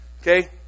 Okay